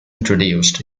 introduced